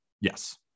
Yes